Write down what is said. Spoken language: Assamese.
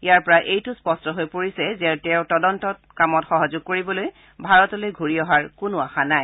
ইয়াৰ পৰা এইটো স্পষ্ট হৈ পৰিছে যে তেওঁৰ তদন্তৰ কামত সহযোগ কৰিবলৈ ভাৰতলৈ ঘূৰি অহাৰ কোনো আশা নাই